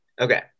Okay